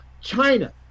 China